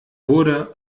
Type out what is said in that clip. wurde